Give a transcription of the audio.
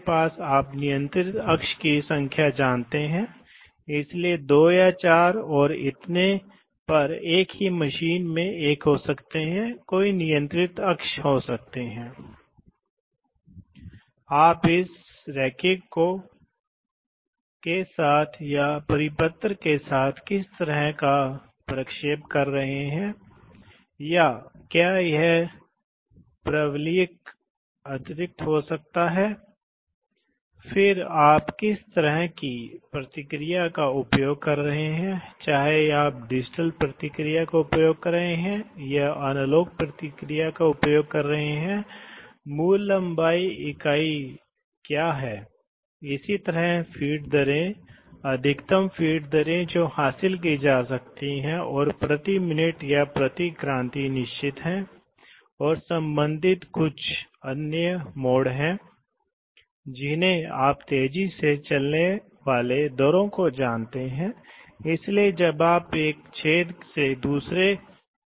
इसी तरह यह दो दिशात्मक नियंत्रण वाल्वों का उपयोग और लॉजिक था लेकिन आपके पास एक एकल तत्व भी हो सकता है जिसमें आपके पास और लॉजिक हो सकते हैं इसलिए यह एक ऐसा निर्माण है जो मूल रूप से योजनाबद्ध है इसलिए इस मामले में यदि आपके पास या तो एक है यह नहीं है तो यह होने जा रहा है मान लें कि यह नहीं है तो यह दबाव इस शटल को धकेलने वाला है और इसे इसके साथ फ्लश में लाया जाएगा और इसके साथ फ्लश होगा इसलिए यह स्थिति होगी यदि Y नहीं है तो आप देख सकते हैं कि दोनों पोर्ट काट दिए गए हैं इसी तरह अगर X नहीं है तो बाईं ओर शिफ्ट हो जाएगा और फिर दोनों को काट दिया जाएगा इसलिए यह वहीं होगा इस पोर्ट पर दबाव पड़ सकता है केवल अगर x और y दोनों प्रेशर पोर्ट्स को लागू किया गया है इसीलिए यह है यह AND लॉजिक है